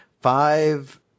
five